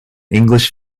english